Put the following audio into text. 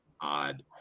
odd